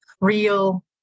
real